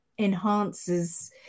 Enhances